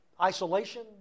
isolation